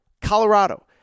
Colorado